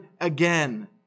again